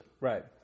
Right